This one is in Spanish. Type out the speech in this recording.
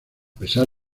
pesar